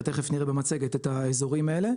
תיכף נראה במצגת את האזורים האלה,